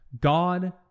God